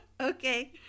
Okay